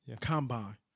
Combine